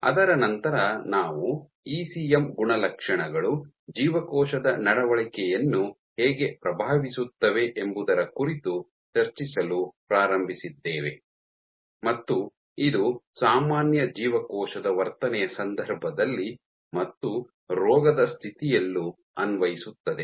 ಅದರ ನಂತರ ನಾವು ಇಸಿಎಂ ಗುಣಲಕ್ಷಣಗಳು ಜೀವಕೋಶದ ನಡವಳಿಕೆಯನ್ನು ಹೇಗೆ ಪ್ರಭಾವಿಸುತ್ತವೆ ಎಂಬುದರ ಕುರಿತು ಚರ್ಚಿಸಲು ಪ್ರಾರಂಭಿಸಿದ್ದೇವೆ ಮತ್ತು ಇದು ಸಾಮಾನ್ಯ ಜೀವಕೋಶದ ವರ್ತನೆಯ ಸಂದರ್ಭದಲ್ಲಿ ಮತ್ತು ರೋಗದ ಸ್ಥಿತಿಯಲ್ಲೂ ಅನ್ವಯಿಸುತ್ತದೆ